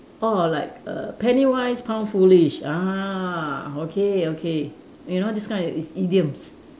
orh like err penny wise pound foolish ah okay okay you know these kind is idiom